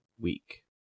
week